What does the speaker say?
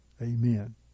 Amen